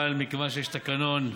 אבל מכיוון שיש תקנון,